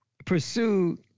pursued